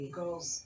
girls